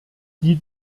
die